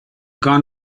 gone